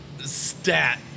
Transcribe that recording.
Stat